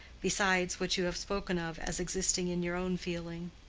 besides what you have spoken of as existing in your own feeling.